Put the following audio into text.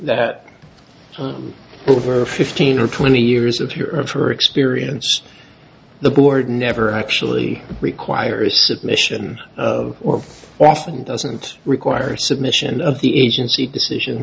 that over fifteen or twenty years of her of her experience the board never actually requires submission or often doesn't require submission of the agency decision